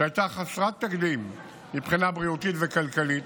שהייתה חסרת תקדים מבחינה בריאותית וכלכלית,